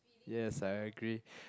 yes I agree